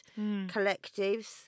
collectives